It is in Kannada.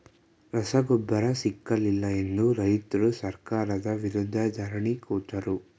ರಸಗೊಬ್ಬರ ಸಿಕ್ಕಲಿಲ್ಲ ಎಂದು ರೈತ್ರು ಸರ್ಕಾರದ ವಿರುದ್ಧ ಧರಣಿ ಕೂತರು